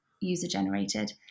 user-generated